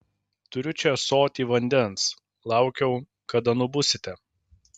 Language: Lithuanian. turiu čia ąsotį vandens laukiau kada nubusite